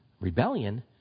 Rebellion